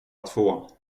två